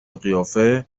قیافه